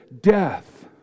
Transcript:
death